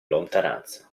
lontananza